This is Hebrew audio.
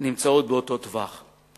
נמצאות באותו טווח.